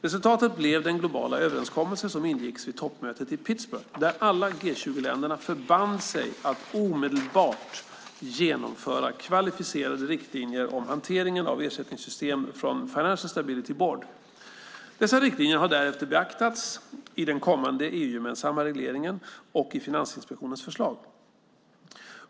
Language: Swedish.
Resultatet blev den globala överenskommelse som ingicks vid toppmötet i Pittsburgh, där alla G20-länderna förband sig att omedelbart genomföra kvalificerade riktlinjer om hantering av ersättningssystem från Financial Stability Board. Dessa riktlinjer har därefter beaktats i den kommande EU-gemensamma regleringen och i Finansinspektionens förslag.